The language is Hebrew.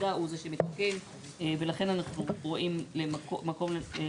המקצועית להעתקת קו תשתית תקשורת